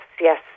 yes